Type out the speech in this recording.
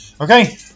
Okay